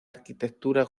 arquitectura